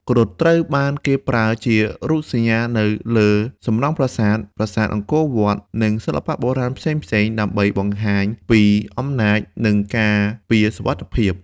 គ្រុឌត្រូវបានគេប្រើជារូបសញ្ញានៅលើសំណង់ប្រាសាទ ប្រាសាទអង្គរវត្ត និងសិល្បៈបុរាណផ្សេងៗ ដើម្បីបង្ហាញពីអំណាច និងការពារសុវត្ថិភាព។